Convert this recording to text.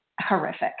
horrific